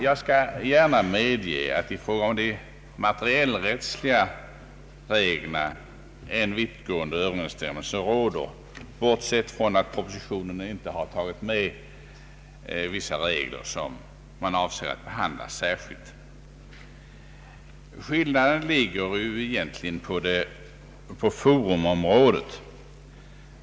Jag skall gärna medge att en vittgående överensstämmelse råder i fråga om de materielrättsliga reglerna, bortsett från att propositionen icke tagit med vissa regler som man avser att behandla särskilt. Skillnaden ligger egentligen på forumområdet.